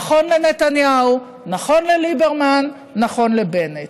זה נכון לנתניהו, נכון לליברמן, נכון לבנט.